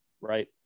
Right